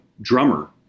drummer